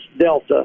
Delta